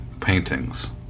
paintings